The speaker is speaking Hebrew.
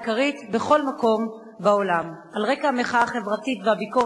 כבוד היושב-ראש, כבוד השר, חברי חברי הכנסת,